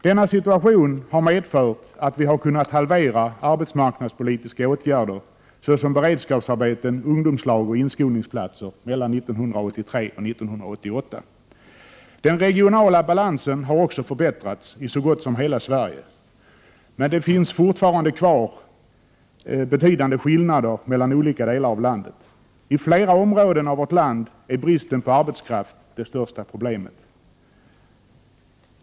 Denna situation har medfört att vi mellan 1983 och 1989 har kunnat halvera insatserna när det gäller arbetsmarknadspolitiska åtgärder såsom beredskapsarbeten, ungdomslag och inskolningsplatser. Den regionala balansen har också förbättrats i så gott som hela Sverige. Men det finns fortfarande kvar betydande skillnader mellan olika delar av landet. I flera områden av vårt land är bristen på arbetskraft det största problemet.